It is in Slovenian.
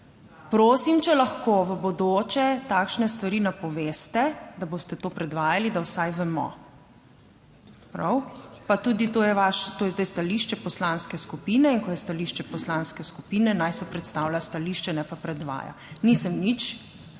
Prosim, če lahko v bodoče takšne stvari napoveste, da boste to predvajali, da vsaj vemo, prav? Pa tudi to je vaš, to je zdaj stališče poslanske skupine in ko je stališče poslanske skupine naj se predstavlja stališče, ne pa predvaja. Nisem nič